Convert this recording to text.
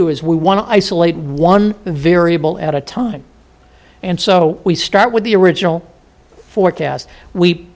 to is we want to isolate one variable at a time and so we start with the original forecast we